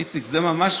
איציק, זה ממש,